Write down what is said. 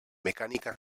mecànica